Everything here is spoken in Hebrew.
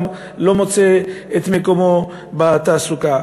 גם לא מוצא את מקומו בתעסוקה.